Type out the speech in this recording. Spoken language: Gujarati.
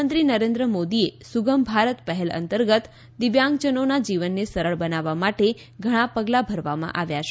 પ્રધાનમંત્રી નરેન્દ્ર મોદીએ સુ ગમ ભારત પહેલ અંતર્ગત દિવ્યાંગજનોના જીવનને સરળ બનાવવા માટે ઘણા પગલા ભરવામાં આવ્યા છે